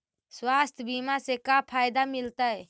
स्वास्थ्य बीमा से का फायदा मिलतै?